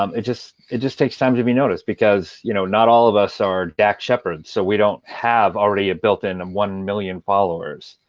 um it just it just takes time to be noticed. because you know not all of us are dax shepard, so we don't have already a built-in and one million followers.